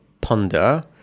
ponder